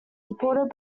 supported